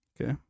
Okay